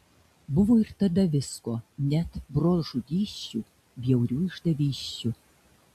buvo ir tada visko net brolžudysčių bjaurių išdavysčių